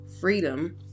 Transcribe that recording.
freedom